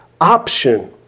option